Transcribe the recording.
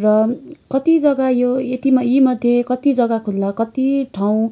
र कति जग्गा यो यतिमा यीमध्ये कति जग्गा खुल्ला कति ठाउँ